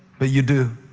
but you do.